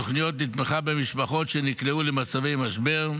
תוכניות לתמיכה במשפחות שנקלעו למצבי משבר,